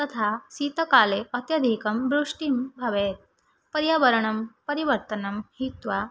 तथा शीतकाले अत्यधिकं वृष्टिं भवेत् परियावरणं परिवर्तनं हीत्वा